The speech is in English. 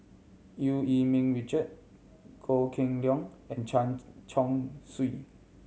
Eu Yee Ming Richard Goh Kheng Long and Chen Chong Swee